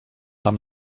tam